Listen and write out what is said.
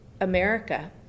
america